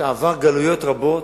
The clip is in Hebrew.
שעבר גלויות רבות,